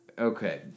Okay